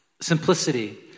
Simplicity